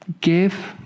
give